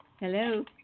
Hello